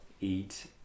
eat